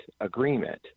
agreement